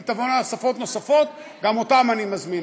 אם תבואנה שפות נוספות, גם אותן אני מזמין.